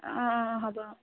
অঁ অঁ হ'ব অঁ